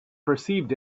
perceived